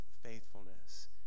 faithfulness